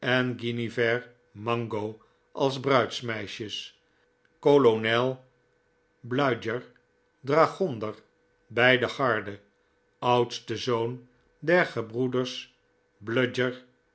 mango als bruidsmeisjes kolonel bludyer dragonder bij de garde oudste zoon der gebroeders bludyer